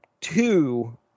two